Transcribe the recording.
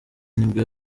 nibwo